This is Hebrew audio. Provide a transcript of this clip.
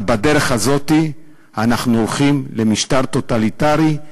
אבל בדרך הזאת אנחנו הולכים למשטר טוטליטרי,